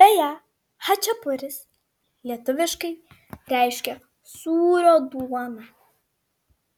beje chačiapuris lietuviškai reiškia sūrio duoną